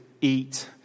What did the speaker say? eat